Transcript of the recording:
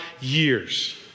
years